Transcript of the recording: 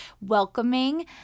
welcoming